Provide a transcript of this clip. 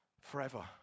forever